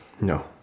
no